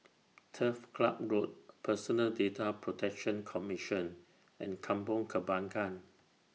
Turf Club Road Personal Data Protection Commission and Kampong Kembangan